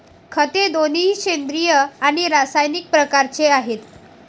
खते दोन्ही सेंद्रिय आणि रासायनिक प्रकारचे आहेत